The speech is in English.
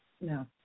no